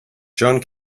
john